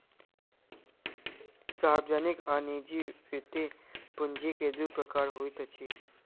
सार्वजनिक आ निजी वृति पूंजी के दू प्रकार होइत अछि